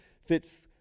fits